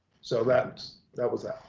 so that's, that was that.